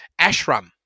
Ashram